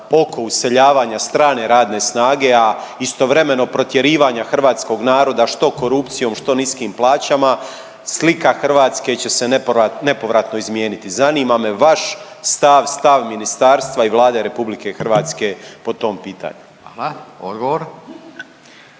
oko useljavanja strane radne snage, a istovremeno protjerivanja hrvatskog naroda što korupcijom, što niskim plaćama slika Hrvatska će se nepovratno izmijeniti. Zanima me vaš stav, stav ministarstva i Vlade Republike Hrvatske po tom pitanju. **Radin,